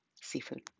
seafood